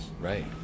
Right